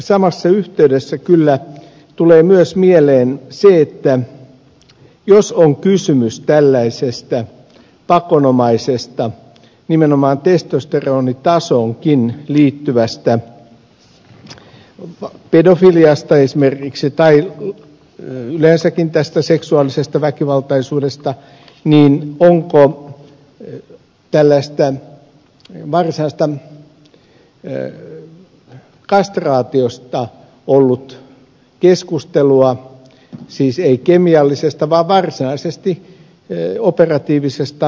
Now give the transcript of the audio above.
samassa yhteydessä kyllä tulee mieleen myös se että jos on kysymys esimerkiksi tällaisesta pakonomaisesta nimenomaan testosteronitasoonkin liittyvästä pedofiliasta tai yleensäkin tästä seksuaalisesta väkivaltaisuudesta niin onko tällaisesta varsinaisesta kastraatiosta ollut keskustelua siis ei kemiallisesta vaan varsinaisesta operatiivisesta toimenpiteestä